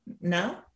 No